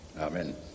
Amen